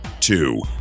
Two